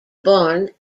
born